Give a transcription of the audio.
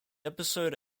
episode